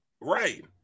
Right